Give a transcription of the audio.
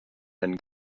and